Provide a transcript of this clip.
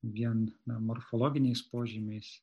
vien morfologiniais požymiais